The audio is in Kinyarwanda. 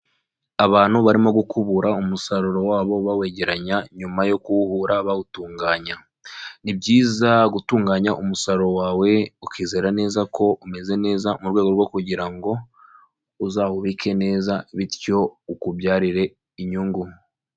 Abantu barimo gukubura umusaruro wabo bawegeranya nyuma yo kuwuhura bawutunganya. Ni byiza gutunganya umusaruro wawe ukizera neza ko umeze neza, mu rwego rwo kugira ngo uzawubike neza bityo ukubyarire inyungu.